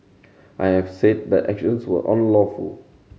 I have said the actions were unlawful